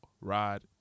ride